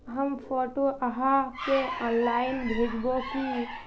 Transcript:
हम फोटो आहाँ के ऑनलाइन भेजबे की?